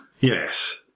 Yes